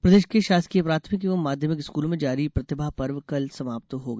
प्रतिभा पर्व प्रदेश के शासकीय प्राथमिक एवं माध्यमिक स्कूलों में जारी प्रतिभा पर्व कल समापन हो गया